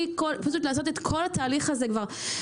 פשוט לעשות את כל התהליך הזה ביחד.